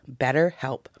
BetterHelp